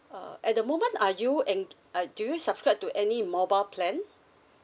uh at the moment are you enq~ uh do you subscribe to any mobile plan